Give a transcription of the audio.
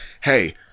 hey